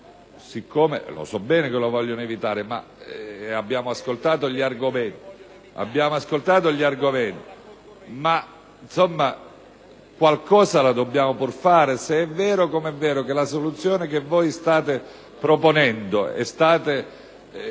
Lo so bene che lo vogliono evitare, ma abbiamo ascoltato gli argomenti. Qualcosa la dobbiamo però pur fare, se è vero, come è vero, che la soluzione che voi state proponendo e che